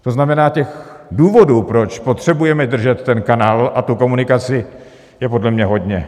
To znamená, důvodů, proč potřebujeme držet ten kanál a tu komunikaci, je podle mě hodně.